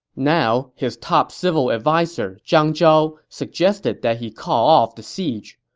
now, his top civil adviser, zhang zhao, suggested that he call off the siege.